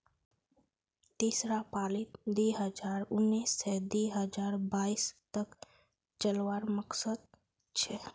तीसरा पालीत दी हजार उन्नीस से दी हजार बाईस तक चलावार मकसद छे